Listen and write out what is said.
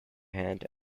hand